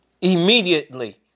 Immediately